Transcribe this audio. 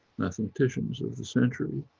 mathematicians of the century,